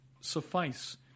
suffice